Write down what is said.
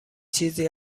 چیزی